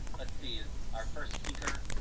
let's see, is our first speaker.